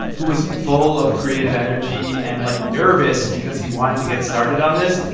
who was full of creative energy and, like, nervous because he wanted to get started on this,